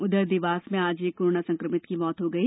उधर देवास में आज एक कोरोना संक्रमित की मृत्यु हो गई